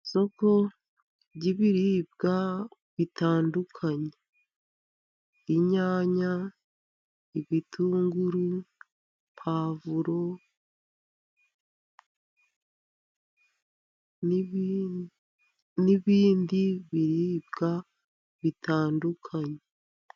Isoko ry'ibiribwa bitandukanye: Inyanya, ibitunguru, pavuro n'ibindi biribwa bitandukanye.